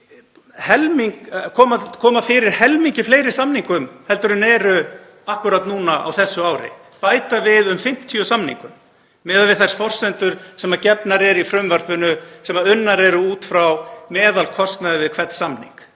koma fyrir helmingi fleiri samningum en eru akkúrat núna á þessu ári, bæta við um 50 samningum miðað við þær forsendur sem gefnar eru í frumvarpinu sem unnar eru út frá meðalkostnaði við hvern samning,